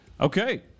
Okay